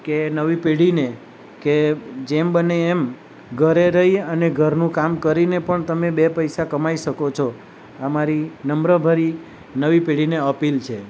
કે નવી પેઢીને કે જેમ બને એમ ઘરે રહી અને ઘરનું કામ કરીને પણ તમે બે પૈસા કમાઈ શકો છો આ મારી નમ્ર ભરી નવી પેઢીને અપીલ છે